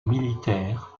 militaire